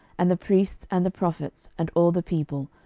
and the priests, and the prophets, and all the people,